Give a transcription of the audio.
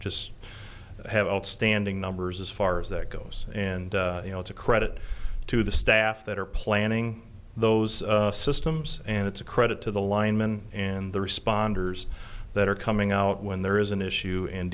just have outstanding numbers as far as that goes and you know it's a credit to the staff that are planning those systems and it's a credit to the linemen and the responders that are coming out when there is an issue and